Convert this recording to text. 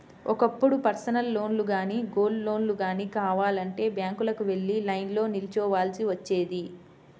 ఒకప్పుడు పర్సనల్ లోన్లు గానీ, గోల్డ్ లోన్లు గానీ కావాలంటే బ్యాంకులకు వెళ్లి లైన్లో నిల్చోవాల్సి వచ్చేది